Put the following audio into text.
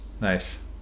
Nice